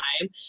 time